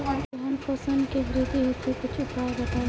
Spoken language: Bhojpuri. तिलहन फसल के वृद्धि हेतु कुछ उपाय बताई?